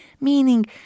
meaning